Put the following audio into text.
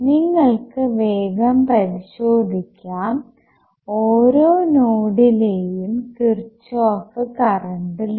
നിങ്ങൾക്ക് വേഗം പരിശോധിക്കാം ഓരോ നോഡിലെയും കിർച്ചോഫ് കറണ്ട് ലോ